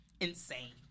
Insane